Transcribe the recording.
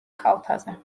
კალთაზე